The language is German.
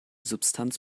substanz